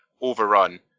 overrun